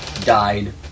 died